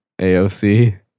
AOC